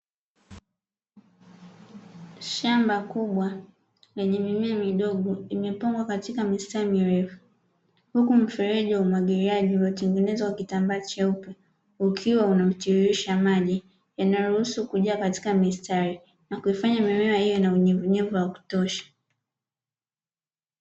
Shamba kubwa lenye mimea midogo imepangwa katika mistari mirefu huku, mfereji wa umwagiliaji imetengenzwa kwa kitambaa cheupe ukiwa unatiririsha maji yanayoruhusu kujaa katika mistari na kuifanya mimiea iwe na unyevunyevu wa kutosha.